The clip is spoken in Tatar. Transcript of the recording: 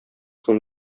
соң